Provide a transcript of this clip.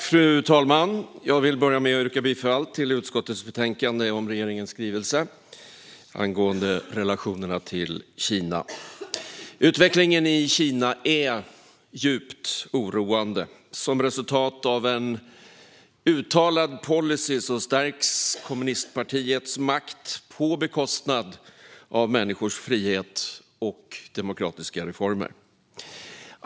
Fru talman! Jag vill börja med att yrka bifall till utskottets förslag i betänkandet om regeringens skrivelse angående relationerna till Kina. Utvecklingen i Kina är djupt oroande. Som ett resultat av en uttalad policy stärks kommunistpartiets makt på bekostnad av människors frihet och demokratiska reformer.